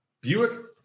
Buick